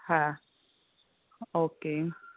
હા ઓકે